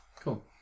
Cool